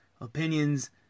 opinions